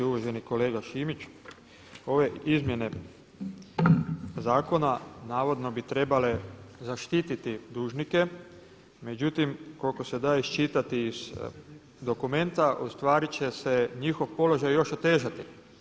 Uvaženi kolega Šimić ove izmjene zakona navodno bi trebale zaštititi dužnike međutim koliko se da iščitati iz dokumenta ustvari će se njihov položaj još otežati.